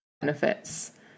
Benefits